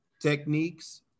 techniques